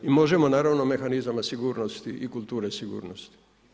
I možemo naravno, mehanizama sigurnosti i kulture sigurnosti.